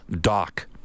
Doc